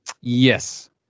yes